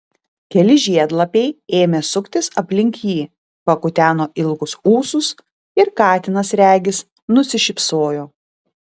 keli žiedlapiai ėmė suktis aplink jį pakuteno ilgus ūsus ir katinas regis nusišypsojo